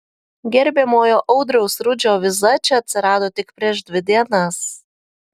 gerbiamojo audriaus rudžio viza čia atsirado tik prieš dvi dienas